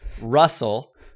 Russell